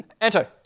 Anto